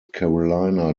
carolina